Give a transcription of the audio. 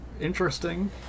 interesting